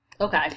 Okay